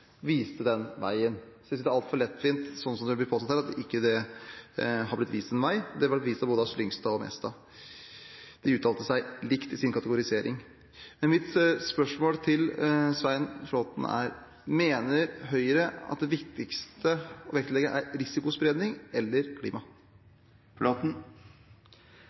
viste den veien. Jeg synes det blir altfor lettvint, slik som det blir påstått her, at det ikke har blitt vist en vei. Den ble vist av både Slyngstad og Mestad. De uttalte seg likt i sin kategorisering. Mitt spørsmål til Svein Flåtten er: Mener Høyre at det viktigste å vektlegge er risikospredning eller klima?